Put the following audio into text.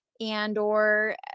and/or